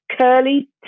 curly